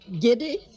Giddy